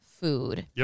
Food